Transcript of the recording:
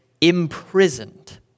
Imprisoned